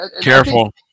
Careful